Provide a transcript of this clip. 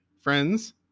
friends